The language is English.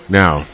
now